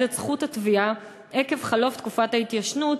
את זכות התביעה עקב חלוף תקופת ההתיישנות,